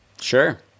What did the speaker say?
Sure